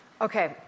Okay